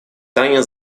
таня